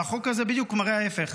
והחוק הזה בדיוק מראה ההפך?